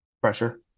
Pressure